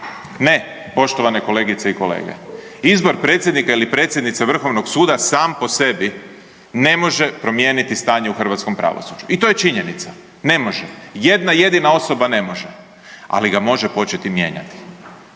Ne, poštovane kolegice i kolege, izbor predsjednika ili predsjednice vrhovnog suda sam po sebi ne može promijeniti stanje u hrvatskom pravosuđu i to je činjenica. Ne može, jedna jedina osoba ne može, ali ga može početi mijenjati,